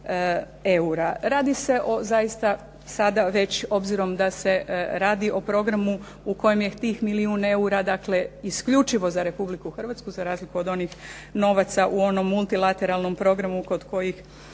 eura. Radi se o zaista sada već obzirom da se radi o programu u kojem je tih milijun eura dakle isključivo za Republiku Hrvatsku za razliku od onih novaca u onom multilateralnom programu kod kojih